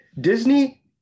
Disney